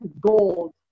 gold